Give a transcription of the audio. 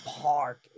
park